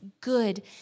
good